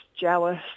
jealous